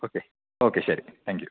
okay okay ശരി thank you